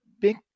big